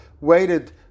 waited